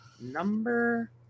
number